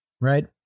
right